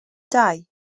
dau